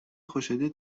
خوشحالی